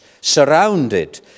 surrounded